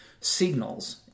signals